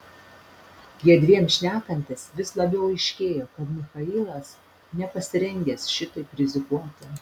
jiedviem šnekantis vis labiau aiškėjo kad michailas nepasirengęs šitaip rizikuoti